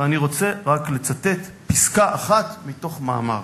ואני רוצה רק לצטט פסקה אחת מתוך מאמר.